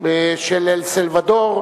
אל-סלבדור,